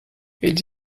eles